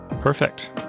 Perfect